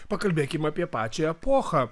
pakalbėkim apie pačią epochą